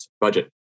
budget